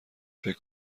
فکر